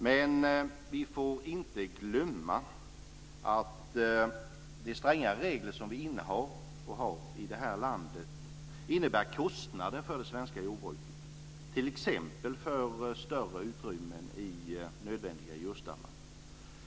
Men vi får inte glömma att de stränga regler som vi har i det här landet innebär kostnader för det svenska jordbruket, t.ex. för större utrymmen i nödvändiga djurstallar.